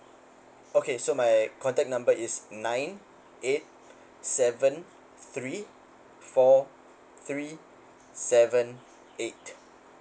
okay so my contact number is nine eight seven three four three seven eight